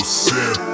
sin